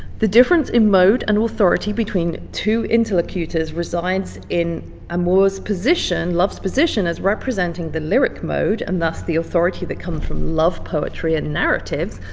the difference in mode and authority between two interlocutors resides in amours' position, love's position, as representing the lyric mode and thus the authority that comes from love poetry and narratives,